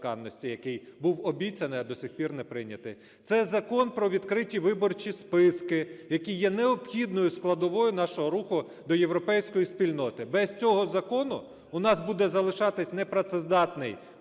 який був обіцяний, а до сих пір не прийнятий. Це Закон про відкриті виборчі списки, які є необхідною складовою нашого руху до європейської спільноти. Без цього закону у нас буде залишатись непрацездатний